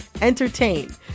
entertain